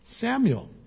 Samuel